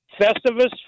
Festivus